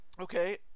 okay